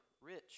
rich